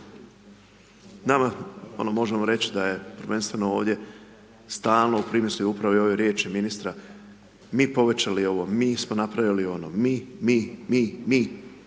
Nama, ono možemo reći da je prvenstveno ovdje stalno u primisli upravo ove riječi ministra mi povećali ovo, mi smo napravili ono, mi, mi, mi, mi,